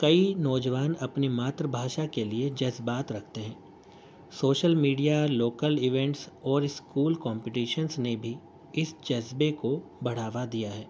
کئی نوجوان اپنی ماتر بھاشا کے لیے جذبات رکھتے ہیں سوشل میڈیا لوکل ایوونٹس اور اسکول کمپٹیشنس نے بھی اس جذبے کو بڑھاوا دیا ہے